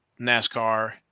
NASCAR